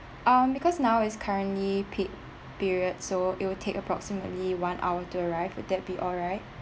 um because now is currently peak period so it will take about approximately one hour to arrive would that be alright